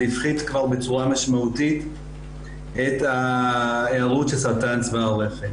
הפחית כבר בצורה משמעותית את היארעות של סרטן צוואר הרחם.